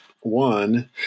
One